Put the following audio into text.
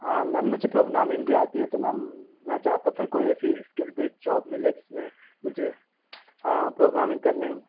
हाँ मैम मुझे प्रोग्रामिंग भी आती है तो मैम मैं चाहता था कोई ऐसी इस्किल बेस्ड जॉब मिले जिसमें मुझे प्रोग्रामिंग करने